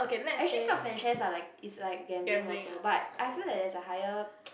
actually stocks are shares are like is like gambling also but I feel that there's a higher